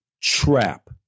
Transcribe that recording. Trap